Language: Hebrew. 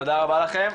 לכם,